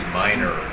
minor